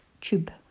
tube